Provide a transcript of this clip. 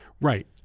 right